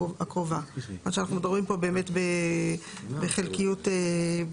הקרובה"; מה שאנחנו מדברים פה בחלקיות אגורות.